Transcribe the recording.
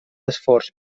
esforç